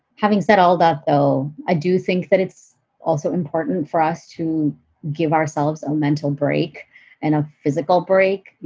having said all that, though, i do think that it's also important for us to give ourselves a mental break and physical break.